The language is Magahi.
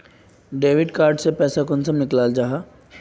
डेबिट कार्ड से पैसा कुंसम निकलाल जाहा?